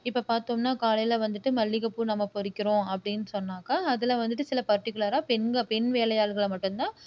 இப்போ பார்த்தோம்னா காலையில் வந்துட்டு மல்லிகை பூ நம்ப பறிக்கிறோம் அப்படீன்னு சொன்னாக்கா அதில் வந்துட்டு சில பர்டிகுலர்ராக பெண்க பெண் வேலையாள்களை மட்டும்தான்